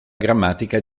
grammatica